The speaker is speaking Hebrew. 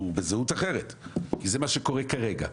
הוא בזהות אחרת כי זה מה שקורה כרגע.